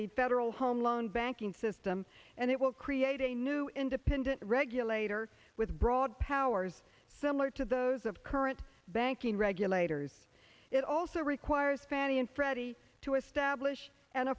the federal home loan banking system and it will create a new independent regulator with broad powers similar to those of current banking regulators it also requires fannie and freddie to establish an